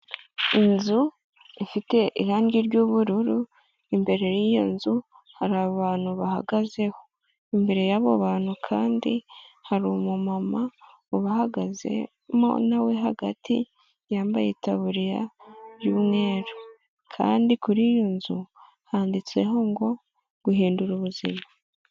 Inzu ifite irangi ry'ubururu, imbere y'iyo nzu hari abantu bahagazeho. Imbere y'abo bantu kandi, hari umumama ubahagazemo na we hagati yambaye itaburiya y'umweru kandi kuri iyo nzu handitseho ngo guhindura ubuzima.